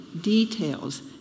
details